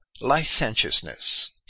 licentiousness